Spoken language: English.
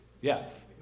Yes